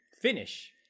finish